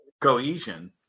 cohesion